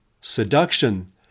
seduction